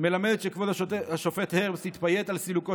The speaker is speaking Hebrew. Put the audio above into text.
מלמדת שכבוד השופט הרבסט התפייט על סילוקו